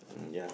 mm ya